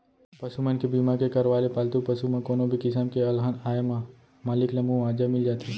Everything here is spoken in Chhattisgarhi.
पसु मन के बीमा के करवाय ले पालतू पसु म कोनो भी किसम के अलहन आए म मालिक ल मुवाजा मिल जाथे